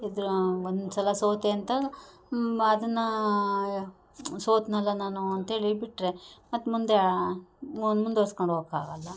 ಇದು ಒಂದ್ಸಲ ಸೋತೆ ಅಂತ ಅದನ್ನು ಸೋತೆನಲ್ಲ ನಾನು ಅಂತೇಳಿ ಬಿಟ್ಟರೆ ಮತ್ತು ಮುಂದೆ ಮುಂದ್ವರಿಸ್ಕೊಂಡ್ ಹೋಗೋಕ್ ಆಗೋಲ್ಲ